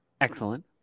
Excellent